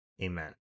Amen